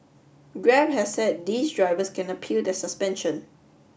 grab has said these drivers can appeal their suspension